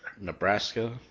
Nebraska